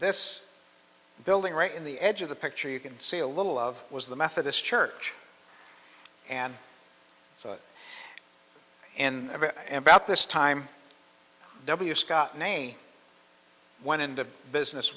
this building right in the edge of the picture you can see a little of was the methodist church and so in about this time w scott name went into business